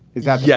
is that yeah